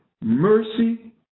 mercy